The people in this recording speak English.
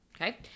okay